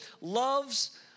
loves